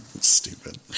stupid